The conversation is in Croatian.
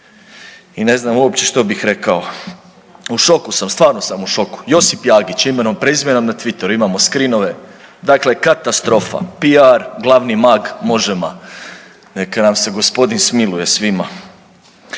I ne znam uopće što bih rekao, u šoku sam, stvarno sam u šoku. Josip Jagić, imenom i prezimenom na Twitteru, imamo screenove, dakle katastrofa, PR, glavni mag Možema. Neka nam se Gospodin smiluje svima.